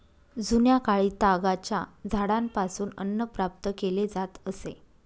जुन्याकाळी तागाच्या झाडापासून अन्न प्राप्त केले जात असे